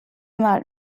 mal